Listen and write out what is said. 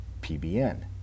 PBN